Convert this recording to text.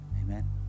Amen